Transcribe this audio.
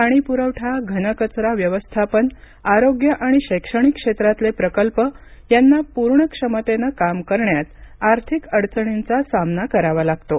पाणीपुरवठा घनकचरा व्यवस्थापन आरोग्य आणि शैक्षणिक क्षेत्रातले प्रकल्प यांना पूर्ण क्षमतेनं काम करण्यात आर्थिक अडणींचा सामना करावा लागतो